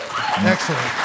Excellent